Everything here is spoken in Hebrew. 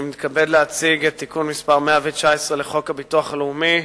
אני מתכבד להציג את תיקון מס' 119 לחוק הביטוח הלאומי,